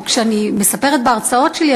או כשאני מספרת בהרצאות שלי,